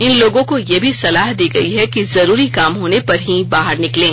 इन लोगों को यह भी सलाह दी गई है कि जरूरी काम होने पर ही बाहर निकलें